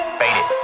faded